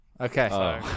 Okay